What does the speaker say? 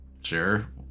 Sure